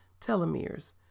telomeres